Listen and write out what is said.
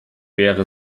wäre